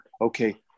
okay